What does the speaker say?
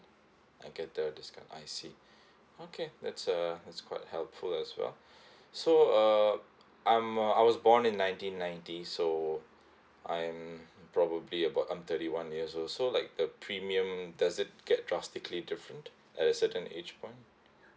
I get the discount I see okay that's uh that's quite helpful as well so uh I'm uh I was born in nineteen ninety so I'm probably about I'm thirty one years old so like the premium does it get drastically different at a certain age point